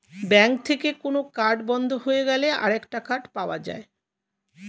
bank থেকে কোন card বন্ধ হয়ে গেলে আরেকটা কার্ড পাওয়া যায়